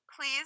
Please